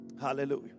Hallelujah